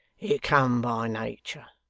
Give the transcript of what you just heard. it come by natur'.